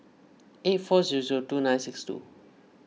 eight four zero zero two nine six two